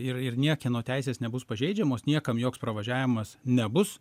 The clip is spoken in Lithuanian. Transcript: ir ir niekieno teisės nebus pažeidžiamos niekam joks pravažiavimas nebus